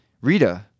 Rita